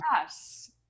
yes